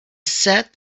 said